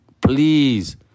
Please